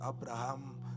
Abraham